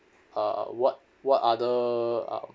uh what what are the uh